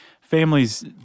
families –